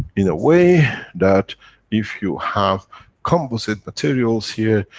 in a way, that if you have composite materials here,